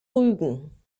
rügen